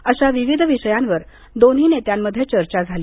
अशा विविध विषयांवर दोन्ही नेत्यांमध्ये चर्चा झाली